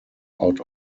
out